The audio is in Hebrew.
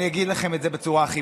גם לנו.